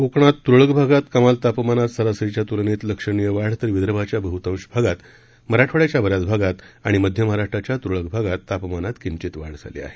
कोकणात तुरळक भागात कमाल तापमानात सरासरीच्या तुलनेत लक्षणीय वाढ तर विदर्भाच्या बहुतांश भागात मराठवाड्याच्या बऱ्याच भागात आणि मध्य महाराष्ट्राच्या तुरळक भागात तापमानात किंचित वाढ झाली आहे